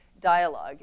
Dialogue